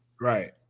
right